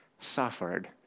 suffered